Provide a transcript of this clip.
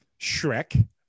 Shrek